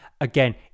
Again